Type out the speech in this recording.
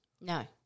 No